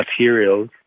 materials